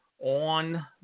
on